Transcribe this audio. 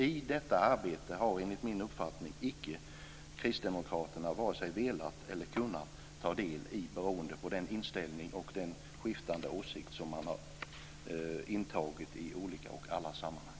I detta arbete har, enligt min uppfattning, icke kristdemokraterna vare sig velat eller kunnat ta del beroende på den inställning och de skiftande åsikter som de har intagit i alla sammanhang.